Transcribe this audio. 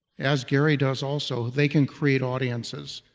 as gary does also, they can create audiences,